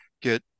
get